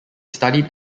studied